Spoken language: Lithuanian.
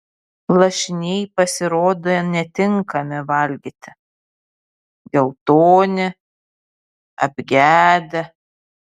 lašiniai pasirodė netinkami valgyti geltoni apgedę